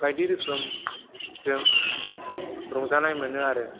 बायदि रोखोम जों रंजानाय मोनो आरो